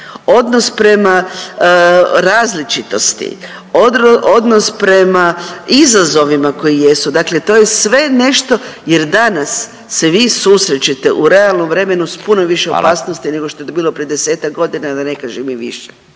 odnos prema različitosti, odnos prema izazovima koji jesu, dakle to je sve nešto, jer danas se vi susrećete u realnom vremenu s puno više opasnosti…/Upadica Radin: Hvala/…nego što je to bilo pre 10-tak godina, da ne kažem i više.